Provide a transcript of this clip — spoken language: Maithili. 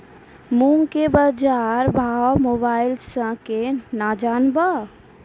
मूंग के बाजार भाव मोबाइल से के ना जान ब?